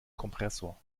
kompressor